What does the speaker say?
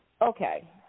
Okay